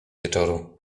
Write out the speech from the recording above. wieczoru